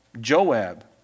Joab